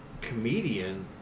comedian